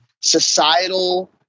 societal